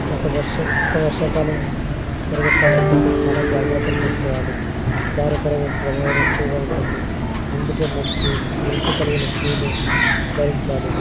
ఒక వర్ష ఇక వర్షాకాలం పెరిగెత్తాలి అంటే చాలా జాగ్రత్తలు తీసుకోవాలి జారిపడే ప్రమాదం ఎక్కువగా ఉంటుంది అందుకని మంచి గ్రిప్పు కలిగిన షూలు ధరించాలి